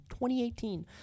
2018